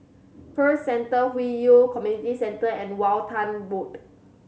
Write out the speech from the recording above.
Pearl Centre Hwi Yoh Community Centre and Walton Road